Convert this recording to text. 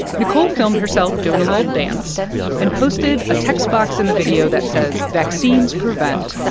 nicole filmed herself doing a little dance and posted a text box in the video that says vaccines prevent.